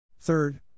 Third